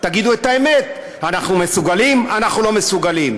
תגידו את האמת: אנחנו מסוגלים או אנחנו לא מסוגלים.